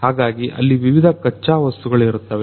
ಹಾಗಾಗಿ ಅಲ್ಲಿ ವಿವಿಧ ಖಚ್ಚಾ ವಸ್ತುಗಳಿರುತ್ತವೆ